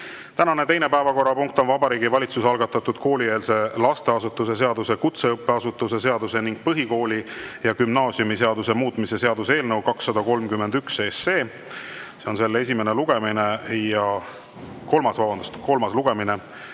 Tänane teine päevakorrapunkt on Vabariigi Valitsuse algatatud koolieelse lasteasutuse seaduse, kutseõppeasutuse seaduse ning põhikooli- ja gümnaasiumiseaduse muutmise seaduse eelnõu 231. See on selle kolmas lugemine. Järgnevalt avan läbirääkimised.